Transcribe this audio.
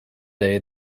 day